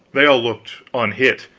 they all looked unhit,